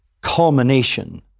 culmination